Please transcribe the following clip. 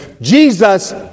Jesus